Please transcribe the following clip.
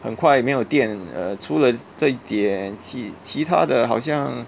很快没有电 uh 出了这一点其其他的好像